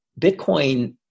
Bitcoin